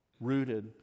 rooted